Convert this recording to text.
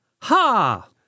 Ha